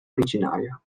originaria